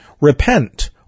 Repent